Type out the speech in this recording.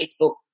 facebook